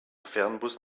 fernbus